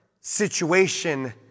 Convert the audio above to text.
situation